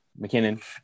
McKinnon